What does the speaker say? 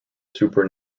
super